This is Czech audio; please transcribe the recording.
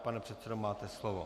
Pane předsedo, máte slovo.